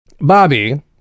Bobby